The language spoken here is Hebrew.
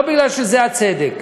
לא כי זה הצדק.